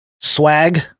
swag